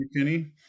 McKinney